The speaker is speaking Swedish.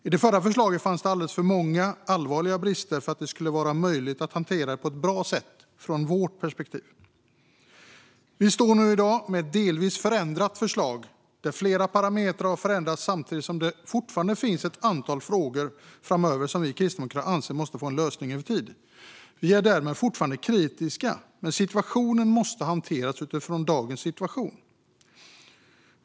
I det förra förslaget fanns det alldeles för många allvarliga brister för att det från vårt perspektiv skulle vara möjligt att hantera det på ett bra sätt. Vi står i dag med ett delvis förändrat förslag. Flera parametrar har förändrats, men det finns fortfarande ett antal frågor som vi kristdemokrater anser måste få en lösning över tid. Vi är därmed fortfarande kritiska, men situationen måste hanteras utifrån dagens situation.